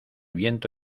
viento